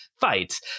fights